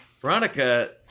Veronica